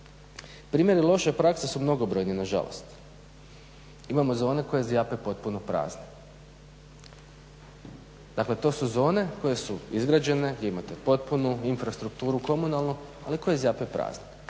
Primjeri loše prakse su mnogobrojni nažalost. Imamo zone koje zjape potpuno prazne. Dakle to su zone koje su izgrađene gdje imate potpunu infrastrukturu komunalnu ali koje zjape prazne.